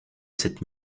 cette